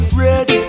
ready